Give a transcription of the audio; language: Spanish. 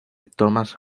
thomas